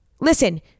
listen